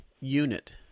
unit